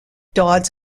dodds